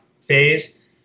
phase